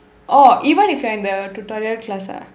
orh even if your in the tutorial class ah